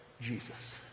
Jesus